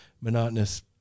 monotonous